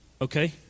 Okay